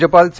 राज्यपाल चे